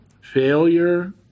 failure